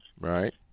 Right